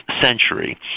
century